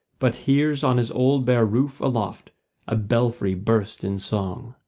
but hears on his old bare roof aloft a belfry burst in song.